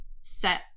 set